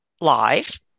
live